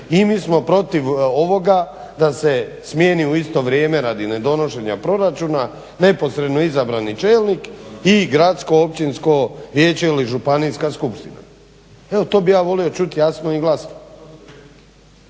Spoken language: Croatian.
i mi smo protiv ovoga da se smijeni u isto vrijeme radi nedonošenja proračuna neposredno izabrani čelnik i gradsko općinsko vijeće ili županijska skupština. Evo to bi ja volio čuti jasno i glasno.